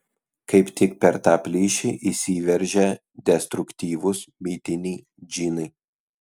kaip tik per tą plyšį įsiveržia destruktyvūs mitiniai džinai